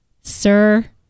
sir